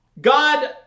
God